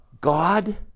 God